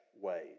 ways